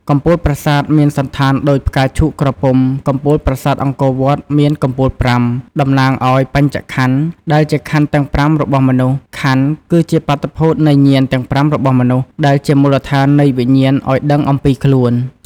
កំពូលប្រាសាទ មានសណ្ឋានដូចផ្កាឈូកក្រពុំ កំពូលប្រាសាទអង្គរវត្ត មានកំពូលប្រាំ តំណាងឱ្យបញ្ចក្ខន្ធ ដែលជាក្ខន្ធទាំង៥របស់មនុស្ស "ក្ខន្ធ" គឺជាបាតុភូត នៃញាណ ទាំង៥ របស់មនុស្ស ដែលជាមូលដ្ឋាននៃវិញ្ញាណឱ្យដឹងអំពីខ្លួន ។